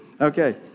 Okay